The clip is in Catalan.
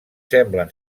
semblen